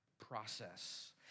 process